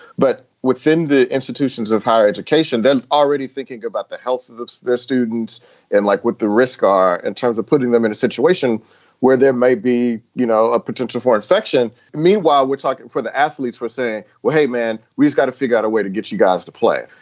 but within the institutions of higher education, then already thinking about the health of of their students and like what the risks are in and terms of putting them in a situation where there may be, you know, a potential for infection. meanwhile, we're talking for the athletes. we're saying, well, hey, man, we've got to figure out a way to get you guys to play.